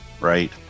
Right